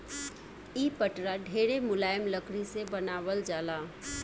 इ पटरा ढेरे मुलायम लकड़ी से बनावल जाला